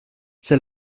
c’est